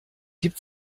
gibt